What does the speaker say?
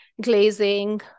glazing